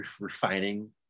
refining